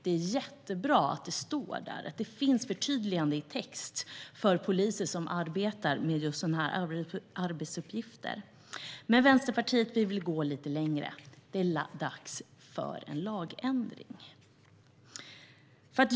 Det är jättebra att det står där och att det finns förtydligande i text för poliser som arbetar med just sådana här arbetsuppgifter, men Vänsterpartiet vill gå lite längre. Det är dags för en lagändring.